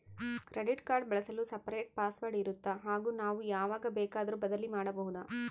Credit card ಬಳಸಲು separate password ಇರುತ್ತಾ ಹಾಗೂ ನಾವು ಯಾವಾಗ ಬೇಕಾದರೂ ಬದಲಿ ಮಾಡಬಹುದಾ?